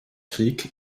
krieg